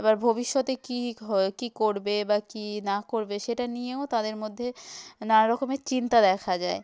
আবার ভবিষ্যতে কী হয়ে কী করবে বা কী না করবে সেটা নিয়েও তাদের মধ্যে নানা রকমের চিন্তা দেখা দেয়